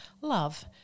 love